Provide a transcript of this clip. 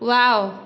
wow